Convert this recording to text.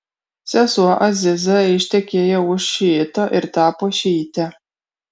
sesuo aziza ištekėjo už šiito ir tapo šiite